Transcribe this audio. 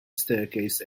staircase